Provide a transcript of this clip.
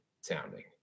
sounding